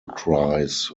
cries